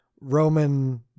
Roman